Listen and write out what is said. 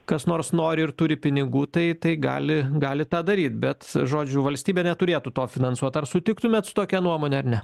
kas nors nori ir turi pinigų tai tai gali gali tą daryt bet žodžiu valstybė neturėtų to finansuot ar sutiktumėt su tokia nuomone ar ne